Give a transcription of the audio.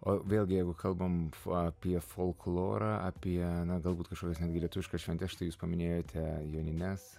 o vėlgi jeigu kalbam apie folklorą apie na galbūt kažkokias netgi lietuviškas šventes štai jūs paminėjote jonines